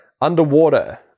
underwater